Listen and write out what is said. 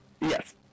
Yes